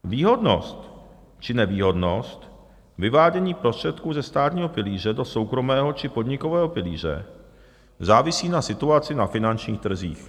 Výhodnost či nevýhodnost vyvádění prostředků ze státního pilíře do soukromého či podnikového pilíře závisí na situaci na finančních trzích.